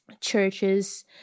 churches